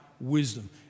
wisdom